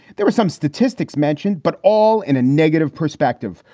there were some statistics mentioned, but all in a negative perspective.